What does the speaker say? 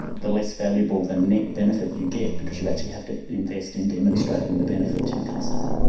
the less valuable the net benefit you get, because you actually have to invest in demonstrating the benefit to your customer.